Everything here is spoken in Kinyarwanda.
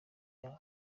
yabo